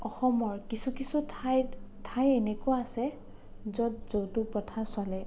অসমৰ কিছু কিছু ঠাইত ঠাই এনেকুৱা আছে য'ত যৌতুক প্ৰথা চলে